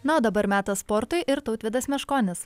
na o dabar metas sportui ir tautvydas meškonis